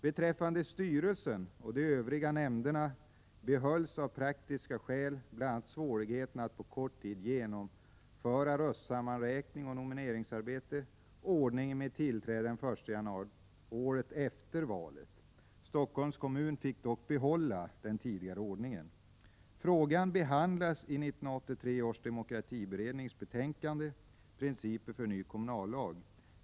Beträffande styrelsen och de övriga nämnderna behölls av praktiska skäl, bl.a. svårigheten att på kort tid genomföra röstsammanräkning och nomineringsarbete, ordningen med Frågan behandlas i 1983 års demokratiberednings betänkande Principer för ny kommunallag.